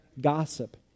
gossip